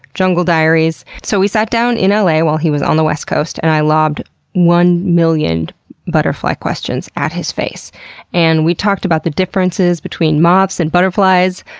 jungle diaries. so we sat down in ah la while he was on the west coast and i lobbed one million butterfly questions at his face and we talked about the differences between moths and butterflies,